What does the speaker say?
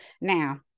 Now